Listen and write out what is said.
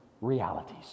realities